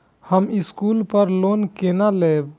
हम स्कूल पर लोन केना लैब?